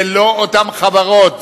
זה לא אותן חברות,